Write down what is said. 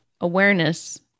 awareness